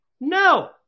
No